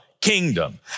kingdom